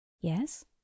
Yes